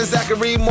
Zachary